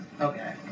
Okay